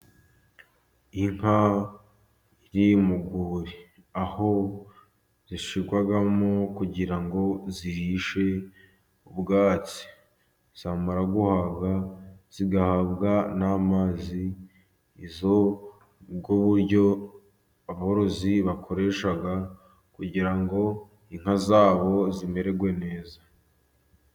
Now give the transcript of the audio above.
Inka ziri mu rwuri, aho zishyirwamo kugira ngo zirishe ubwatsi, zamara guhaga zigahabwa n'amazi, izo nibwo buryo aborozi bakoresha, kugira ngo inka zabo zimererwe neza.